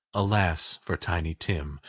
alas for tiny tim,